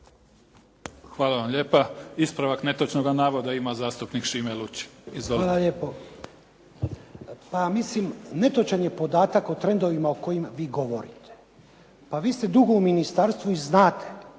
Hvala vam lijepa. Ispravak netočnoga navoda ima zastupnik Šime Lučin. Izvolite. **Lučin, Šime (SDP)** Hvala lijepo. Pa mislim, netočan je podatak o trendovima o kojima vi govorite. Pa vi ste dugo u ministarstvu i znate,